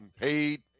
paid